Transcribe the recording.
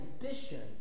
ambition